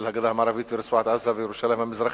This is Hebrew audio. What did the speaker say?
של הגדה המערבית ורצועת-עזה וירושלים המזרחית,